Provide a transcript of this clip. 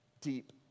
deep